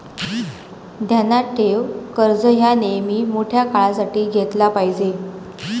ध्यानात ठेव, कर्ज ह्या नेयमी मोठ्या काळासाठी घेतला पायजे